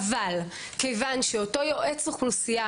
אבל מכיוון שאותו יועץ אוכלוסייה,